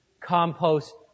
compost